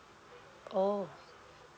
oh